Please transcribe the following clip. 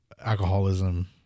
alcoholism